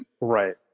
Right